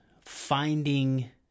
finding